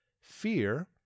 fear